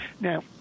Now